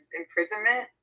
imprisonment